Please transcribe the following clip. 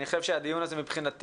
אני חושב שהדיון הזה מבחינתי,